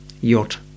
yacht